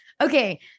Okay